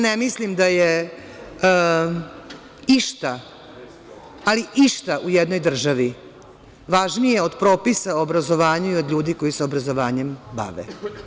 Ne mislim da je išta, ali išta u jednoj državi važnije od propisa obrazovanja i od ljudi koji se obrazovanjem bave.